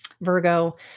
Virgo